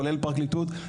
כולל פרקליטות,